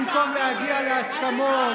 במקום להגיע להסכמות.